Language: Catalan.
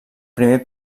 primer